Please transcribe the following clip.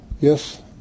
Yes